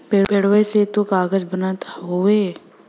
पेड़वे से त कागज बनत हउवे